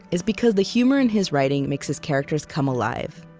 is because the humor in his writing makes his characters come alive.